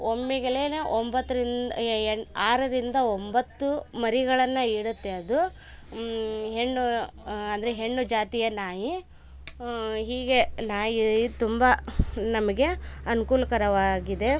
ಒಮ್ಮಿಗ್ಲೇ ಒಂಬತ್ತರಿಂದ ಎಂ ಆರರಿಂದ ಒಂಬತ್ತು ಮರಿಗಳನ್ನು ಇಡುತ್ತೆ ಅದು ಹೆಣ್ಣು ಅಂದರೆ ಹೆಣ್ಣು ಜಾತಿಯ ನಾಯಿ ಹೀಗೆ ನಾಯಿ ತುಂಬಾ ನಮಗೆ ಅನುಕೂಲಕರವಾಗಿದೆ